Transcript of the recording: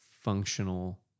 functional